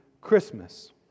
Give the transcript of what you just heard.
Christmas